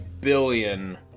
billion